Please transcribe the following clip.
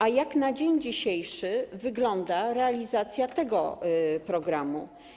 A jak na dzień dzisiejszy wygląda realizacja tego programu?